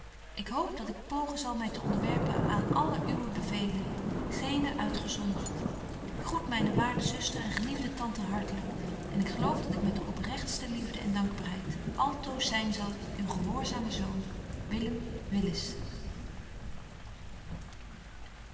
ik hoop dat ik pogen zal my te onderwerpen aan alle uwe bevelen geene uitgezondert groet myne waarde zuster en geliefde tante hartlyk en geloof dat ik met de oprechtste liefde en dankbaarheid altoos zyn zal uw gehoorzame zoon